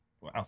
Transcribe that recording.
Wow